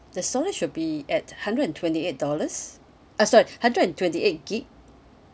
the storage will be at hundred and twenty eight dollars uh sorry hundred and twenty eight gig